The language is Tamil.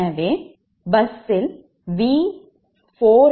எனவே fault பஸ்ஸில் V4f 0